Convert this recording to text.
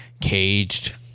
Caged